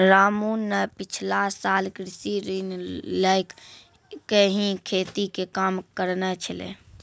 रामू न पिछला साल कृषि ऋण लैकॅ ही खेती के काम करनॅ छेलै